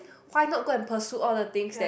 why not go and pursue all the things that